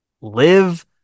live